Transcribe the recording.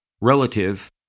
relative